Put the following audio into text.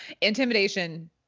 Intimidation